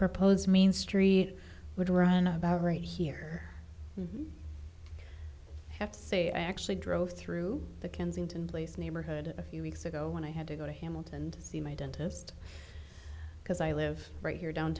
proposed main street would run about right here have to say i actually drove through the kensington place neighborhood a few weeks ago when i had to go to hamilton to see my dentist because i live right here